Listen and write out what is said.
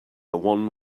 one